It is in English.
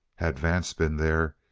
had vance been there,